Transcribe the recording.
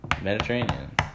Mediterranean